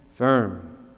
Firm